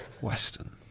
Western